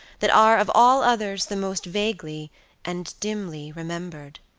that are of all others the most vaguely and dimly remembered.